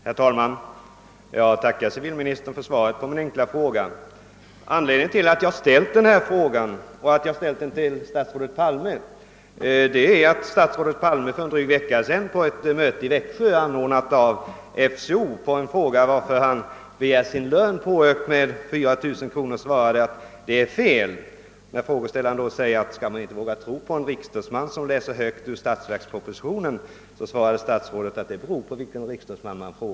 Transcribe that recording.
Herr talman! Jag tackar civilministern för svaret på min enkla fråga. Anledningen till att jag ställde frågan och att jag ställde den till statsrådet Palme är att statsrådet Palme för en dryg vecka sedan på ett möte i Växjö anordnat av FCO på en fråga varför han begärt att få sin lön höjd med 4 000 kronor svarade: »Det är fel.» När frågeställaren då undrade om man inte skulle våga tro på en riksdagsman som läser högt ur statsverkspropositionen, svarade statsrådet att det berodde på vilken riksdagsman man frågade.